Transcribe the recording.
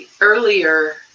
earlier